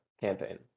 campaign